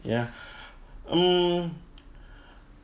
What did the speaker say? ya mm